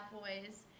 boys